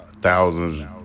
thousands